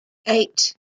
eight